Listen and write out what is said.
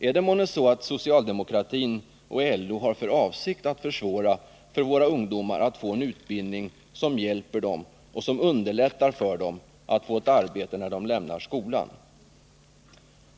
Är det månne så att socialdemokratin och LO har för avsikt att försvåra för våra ungdomar att få en utbildning som hjälper dem och som underlättar för dem att få ett arbete när de lämnar skolan?